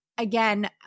Again